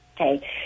okay